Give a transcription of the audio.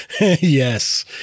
Yes